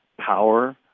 power